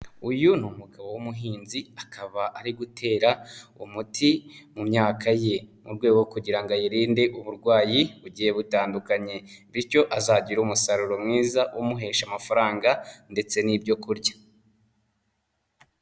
Uyu ni umugabo w'umuhinzi akaba ari gutera umuti mu myaka ye, mu rwego rwo kugira ngo ayirinde uburwayi bugiye butandukanye bityo azagire umusaruro mwiza umuhesha amafaranga ndetse n'ibyo kurya.